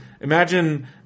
imagine